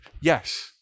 Yes